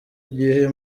igihe